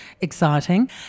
exciting